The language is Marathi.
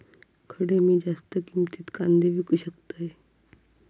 खडे मी जास्त किमतीत कांदे विकू शकतय?